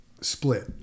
split